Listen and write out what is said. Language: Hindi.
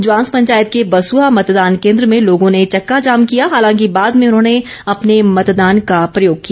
ज्वांस पंचायत के बसुआ मतदान केन्द्र में लोगों ने चक्का जाम किया हालांकि बाद में उन्होंने अपने मतदान का प्रयोग किया